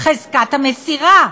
חזקת המסירה,